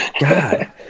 god